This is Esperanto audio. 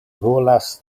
volas